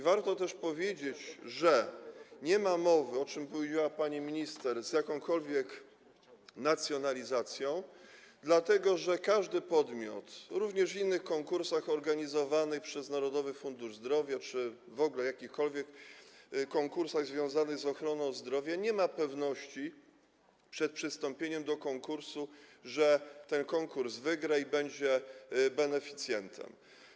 Warto też powiedzieć, że nie ma mowy, o czym mówiła pani minister, o jakiejkolwiek nacjonalizacji, dlatego że żaden podmiot, również w innych konkursach, organizowanych przez Narodowy Fundusz Zdrowia czy w ogóle jakichkolwiek konkursach związanych z ochroną zdrowia, nie ma pewności przed przystąpieniem do konkursu, że ten konkurs wygra i będzie beneficjentem.